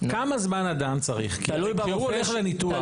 כמה זמן אדם צריך כשהוא הולך לניתוח.